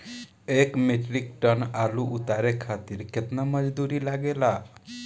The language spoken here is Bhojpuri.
एक मीट्रिक टन आलू उतारे खातिर केतना मजदूरी लागेला?